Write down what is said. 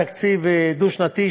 דו-שנתי,